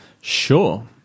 Sure